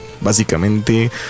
básicamente